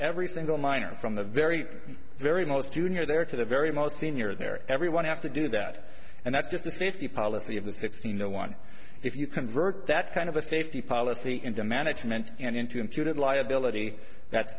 every single miner from the very very most junior there to the very most senior there everyone has to do that and that's just a safety policy of the sixty no one if you convert that kind of a safety policy into management and into imputed liability that's